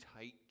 tight